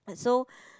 and so